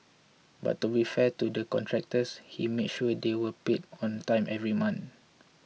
but to be fair to the contractors he made sure they were paid on time every month